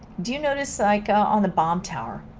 do you notice like ah on the bomb tower,